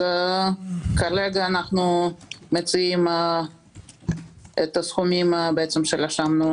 כרגע אנו מציעים את הסכומים שרשמנו